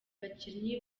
bakinnyi